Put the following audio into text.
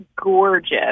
gorgeous